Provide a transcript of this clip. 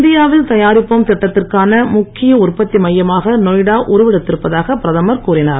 இந்தியாவில் தயாரிப்போம் திட்டத்திற்கான முக்கிய உற்பத்தி மையமாக நொய்டா உருவெடுத்திருப்பதாக பிரதமர் கூறினார்